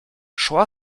szła